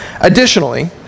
Additionally